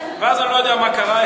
ואז אני לא יודע מה קרה,